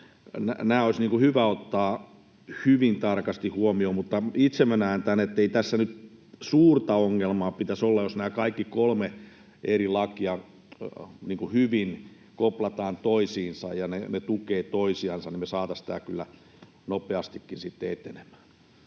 Nämä olisi hyvä ottaa hyvin tarkasti huomioon, mutta itse minä näen tämän, ettei tässä nyt suurta ongelmaa pitäisi olla. Jos nämä kaikki kolme eri lakia hyvin koplataan toisiinsa ja ne tukevat toisiansa, niin me saataisiin tämä kyllä nopeastikin sitten etenemään.